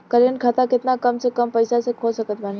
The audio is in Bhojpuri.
करेंट खाता केतना कम से कम पईसा से खोल सकत बानी?